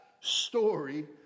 story